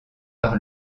par